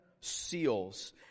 seals